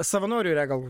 savanorių yra gal